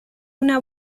una